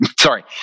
Sorry